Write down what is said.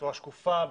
בצורה שקופה,